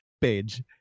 page